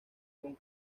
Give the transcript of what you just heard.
con